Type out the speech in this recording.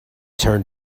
turned